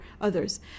others